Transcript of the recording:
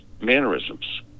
mannerisms